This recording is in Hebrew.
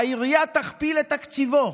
והעירייה תכפיל את תקציבו.